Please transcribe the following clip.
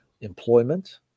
employment